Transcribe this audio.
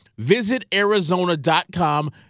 visitarizona.com